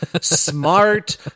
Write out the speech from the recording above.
smart